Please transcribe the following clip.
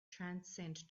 transcend